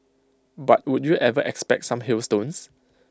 but would you ever expect some hailstones